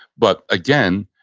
but again,